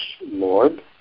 Lord